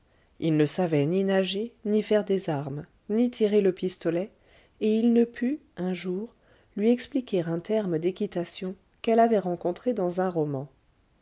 il ne savait ni nager ni faire des armes ni tirer le pistolet et il ne put un jour lui expliquer un terme d'équitation qu'elle avait rencontré dans un roman